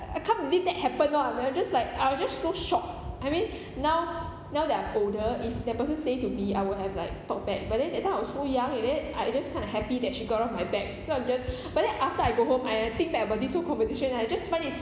I can't believe that happen lor and I'm just like I was just so shocked I mean now now that I'm older if that person say to me I will have like talk back but then that time I was so young is it I just kind of happy that she got off my back so I'm just but then after I go home I think back about this whole conversation I just find it